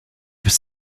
was